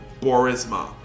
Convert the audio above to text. Borisma